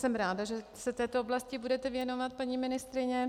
Jsem ráda, že se této oblasti budete věnovat, paní ministryně.